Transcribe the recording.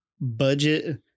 budget